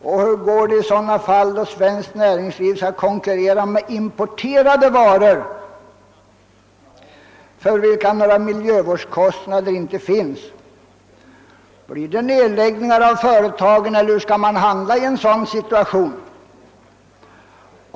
Och hur går det i de fall där svenskt näringsliv skall konkurrera med importerade varor, för vilka några miljövårdskostnader inte finns? Blir det nedläggningar av företagen eller hur skall man handla i en sådan situation?